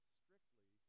strictly